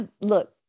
look